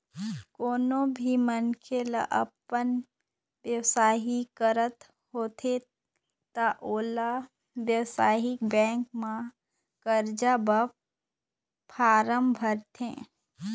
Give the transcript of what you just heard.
कोनो भी मनखे ल अपन बेवसाय करना होथे त ओला बेवसायिक बेंक म करजा बर फारम भरथे